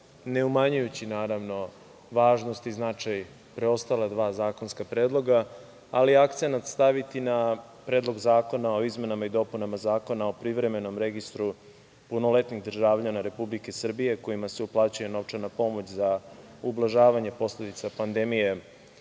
neumanjujući, naravno, važnost i značaj preostala dva zakonska predloga, ali akcenat staviti na Predlog zakona o izmenama i dopunama Zakona o privremenom registru punoletnih državljana Republike Srbije kojima se uplaćuje novčana pomoć za ublažavanje posledica pandemije